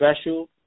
Special